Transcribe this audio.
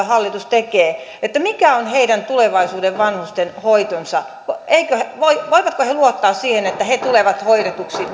hallitus tekee mikä on heidän tulevaisuuden vanhustenhoitonsa voivatko he luottaa siihen että he tulevat hoidetuksi